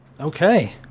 Okay